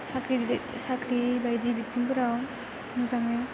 साख्रि साख्रि बायदि बिथिंफोराव मोजाङै